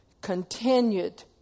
continued